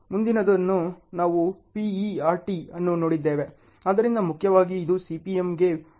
ಮುಂದಿನದನ್ನು ನಾವು PERT ಅನ್ನು ನೋಡಿದ್ದೇವೆ ಆದ್ದರಿಂದ ಮುಖ್ಯವಾಗಿ ಇದು CPMಗೆ ಹತ್ತಿರದಲ್ಲಿದೆ